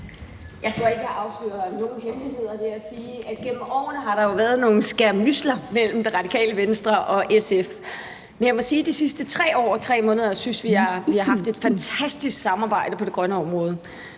Jeg tror ikke, jeg afslører nogen hemmeligheder ved at sige, at der jo igennem årene har været nogle skærmydsler mellem Radikale Venstre og SF, men jeg må sige, at vi synes, at vi de sidste 3 år og 3 måneder har haft et fantastisk samarbejde på det grønne område.